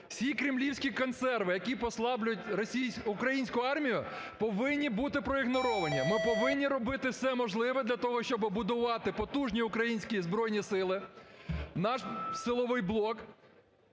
Всі кремлівську консерви, які послаблюють українську армію, повинні бути проігноровані, ми повинні робити все можливе для того, щоб побудувати потужні українські Збройні Сили, наш силовий блок